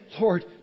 Lord